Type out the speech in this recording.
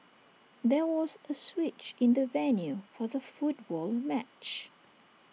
there was A switch in the venue for the football match